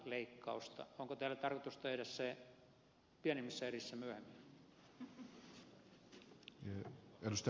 onko teillä tarkoitus tehdä se pienemmissä erissä myöhemmin